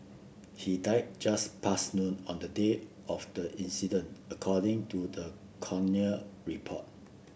he died just past noon on the day of the incident according to the coroner report